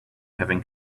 having